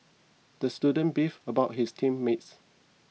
the student beefed about his team mates